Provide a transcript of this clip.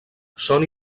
són